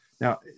Now